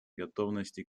готовности